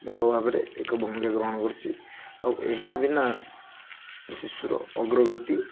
ମୂଳ ଭାବରେ ଏକ ଭୂମିକା ଗ୍ରହଣ କରିଛି ଆଉ ଏହା ବିନା ଶିଶୁର ଅଗ୍ରଗତି